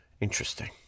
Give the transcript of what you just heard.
Interesting